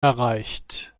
erreicht